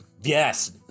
yes